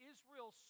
Israel